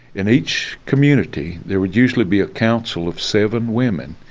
in each community, there would usually be a council of seven women,